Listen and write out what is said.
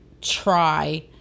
try